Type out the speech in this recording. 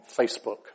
Facebook